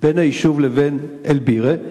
בין היישוב לבין אל-בירה.